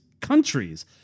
countries